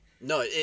No